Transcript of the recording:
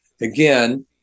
again